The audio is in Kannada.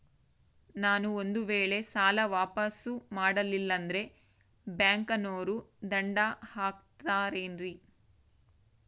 ನಾನು ಒಂದು ವೇಳೆ ಸಾಲ ವಾಪಾಸ್ಸು ಮಾಡಲಿಲ್ಲಂದ್ರೆ ಬ್ಯಾಂಕನೋರು ದಂಡ ಹಾಕತ್ತಾರೇನ್ರಿ?